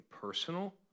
personal